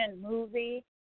movie